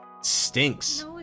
stinks